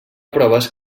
proves